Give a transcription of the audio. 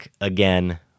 again